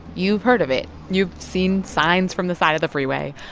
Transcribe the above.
you've heard of it you've seen signs from the side of the freeway,